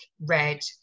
red